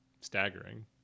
staggering